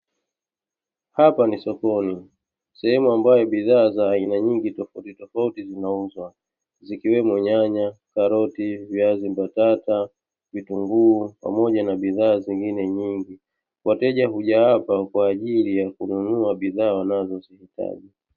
Hapa ni sokoni sehemu ambayo bidhaa za aina nyingi tofautitofauti zinauzwa, zikiwemo: nyanya, karoti, viazi mbatata, vitunguu pamoja na bidhaa zingine nyingi. Wateja huja hapa kwa ajili ya kununua bidhaa wanazozihitaji